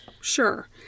Sure